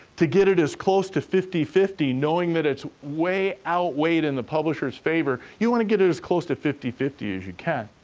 to get it as close to fifty fifty, knowing that it's way outweighed in the publisher's favor. you wanna get it as close to fifty fifty as you can.